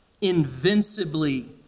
invincibly